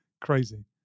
Crazy